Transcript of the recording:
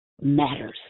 matters